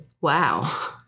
Wow